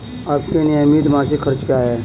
आपके नियमित मासिक खर्च क्या हैं?